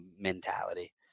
mentality